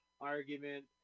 argument